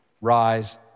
rise